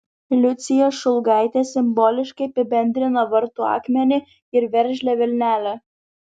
liucija šulgaitė simboliškai apibendrina vartų akmenį ir veržlią vilnelę